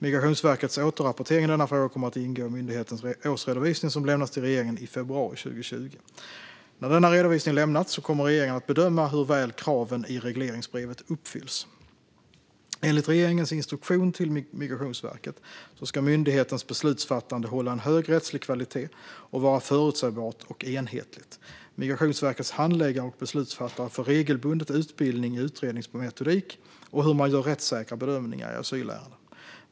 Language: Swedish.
Migrationsverkets återrapportering i denna fråga kommer att ingå i myndighetens årsredovisning som lämnas till regeringen i februari 2020. När denna redovisning lämnats kommer regeringen att bedöma hur väl kraven i regleringsbrevet uppfylls. Enligt regeringens instruktion till Migrationsverket ska myndighetens beslutsfattande hålla en hög rättslig kvalitet och vara förutsägbart och enhetligt. Migrationsverkets handläggare och beslutsfattare får regelbundet utbildning i utredningsmetodik och hur man gör rättssäkra bedömningar i asylärenden.